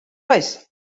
oes